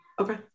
Okay